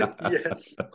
Yes